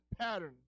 pattern